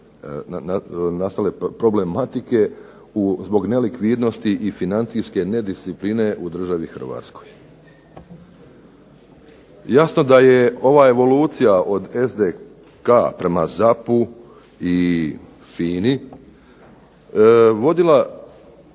nastale problematike zbog nelikvidnosti i financijske nediscipline u državi Hrvatskoj. Jasno da je ova evolucija od SDK prema ZAP-u i FINA-i vodila